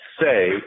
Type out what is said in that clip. say